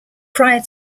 prior